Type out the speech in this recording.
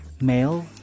male